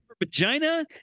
vagina